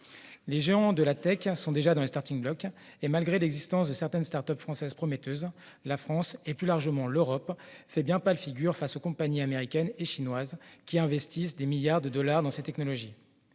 Les géants de la sont déjà dans les starting-blocks et, malgré l'existence de certaines start-up françaises prometteuses, notre pays et, plus largement, l'Europe font bien pâle figure face aux compagnies américaines et chinoises, qui investissent des milliards de dollars dans ces technologies.